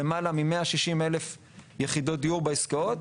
למעלה מ-160 אלף יחידות דיור בעסקאות,